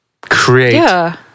create